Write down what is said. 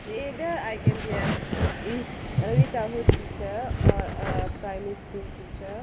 either I can be an early childhood teacher or a primary school teacher